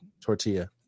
tortilla